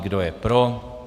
Kdo je pro?